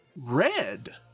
Red